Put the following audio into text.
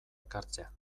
ekartzea